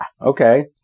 Okay